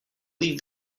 leave